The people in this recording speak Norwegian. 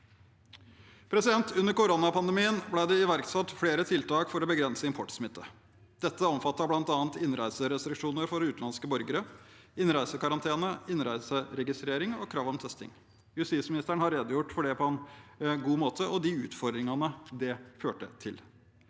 Under koronapandemien ble det iverksatt flere tiltak for å begrense importsmitte. Dette omfattet bl.a. innreiserestriksjoner for utenlandske borgere, innreisekarantene, innreiseregistrering og krav om testing. Justisministeren har redegjort for det, og for de utfordringene det førte til,